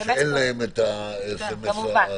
שאין להם סמס בטלפון.